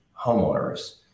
homeowners